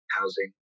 housing